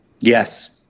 yes